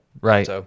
Right